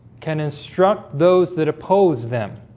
can instruct those that oppose them?